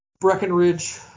Breckenridge